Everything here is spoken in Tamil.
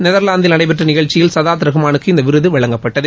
நெதா்லாந்தில் நடைபெற்ற நிகழ்ச்சியில் சதாத் ரஹ்மானுக்கு இந்த விருது வழங்கப்பட்டது